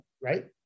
right